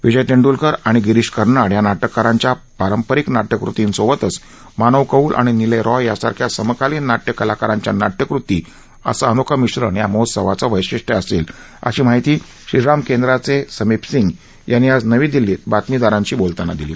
विजय तेंड्लकर आणि गिरीश कर्नाड या नाटककारांच्या पारंपरिक नाट्यकर्ती सोबतच मानव कौल आणि निलय रॉय सारख्या समकालीन नाटककारांच्या नाट्यकृती असं अनोखं मिश्रण या महोत्सवाचं वैशिष्ट्य असेल अशी माहिती श्रीराम केंद्राचे समीप सिंग यांनी आज नवी दिल्लीत बातमीदारांशी बोलताना दिली